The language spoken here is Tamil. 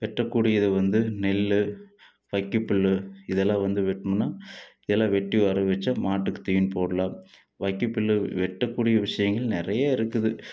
வெட்டக்கூடியது வந்து நெல் வைக்கற் பில்லு இதெல்லாம் வந்து வெட்டினோம்ன்னா இதை எல்லாம் வெட்டி வரவச்சால் மாட்டுக்கு தீனி போட்லாம் வைக்கற் பில்லு வெட்டக்கூடிய விஷயங்கள் நிறையா இருக்குது